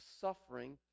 suffering